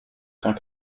cent